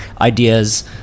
ideas